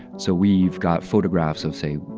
so we've got photographs of, say,